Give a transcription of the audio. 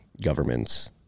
governments